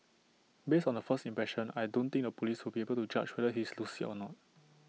based on the first impression I don't think the Police will be able to judge whether he's lucid or not